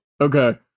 Okay